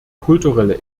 kulturelle